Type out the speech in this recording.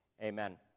Amen